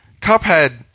Cuphead